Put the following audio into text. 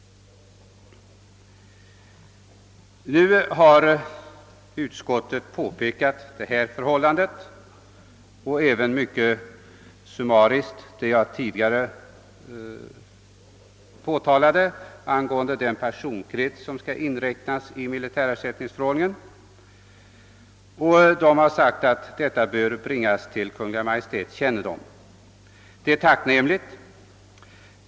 Utskottet har påpekat detta förhållande och även mycket summariskt berört den personkrets som militärersättningsförordningen skall vara tillämplig på och uttalat att dessa förhållanden bör bringas till Kungl. Maj:ts kännedom. Detta är tacknämligt.